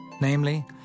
namely